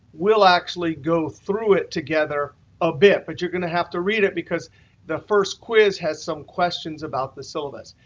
we'll actually go through it together a bit, but you're going to have to read it because the first quiz has some questions about the syllabus.